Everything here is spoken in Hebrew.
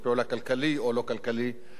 אפילו צבאי,